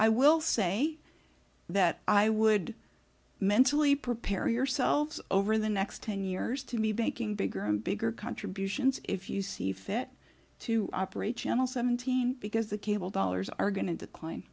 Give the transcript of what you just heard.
i will say that i would mentally prepare yourselves over the next ten years to be banking bigger and bigger contributions if you see fit to operate channel seventeen because the cable dollars are going to decline